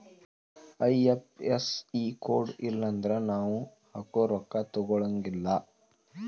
IFSC code ಇಲ್ಲನ್ದ್ರ ನಾವ್ ಹಾಕೊ ರೊಕ್ಕಾ ತೊಗೊಳಗಿಲ್ಲಾ